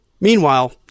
Meanwhile